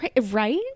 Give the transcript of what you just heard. Right